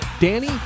Danny